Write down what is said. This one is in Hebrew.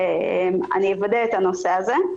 אני אוודא את הנושא הזה.